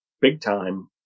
big-time